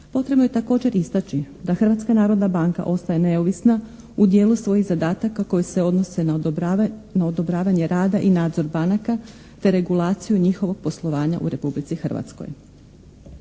Potrebno je također istaći da Hrvatska narodna banka ostaje neovisna u dijelu svojih zadataka koji se odnose na odobravanje rada i nadzor banaka te regulaciju njihovog poslovanja u Republici Hrvatskoj.